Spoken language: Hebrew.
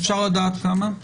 אפשר לדעת כמה?